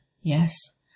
yes